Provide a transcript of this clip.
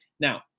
Now